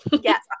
Yes